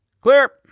Clear